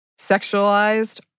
sexualized